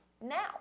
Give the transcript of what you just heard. now